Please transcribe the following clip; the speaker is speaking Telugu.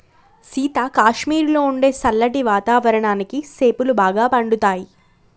సీత కాశ్మీరులో ఉండే సల్లటి వాతావరణానికి సేపులు బాగా పండుతాయి